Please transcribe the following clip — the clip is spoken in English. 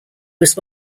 was